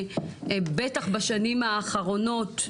בטח בשנים האחרונות,